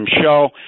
show